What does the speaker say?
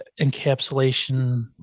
encapsulation